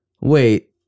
Wait